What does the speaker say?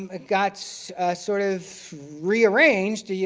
um ah got so sort of rearranged. yeah